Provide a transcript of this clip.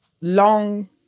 long